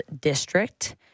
district